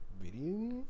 video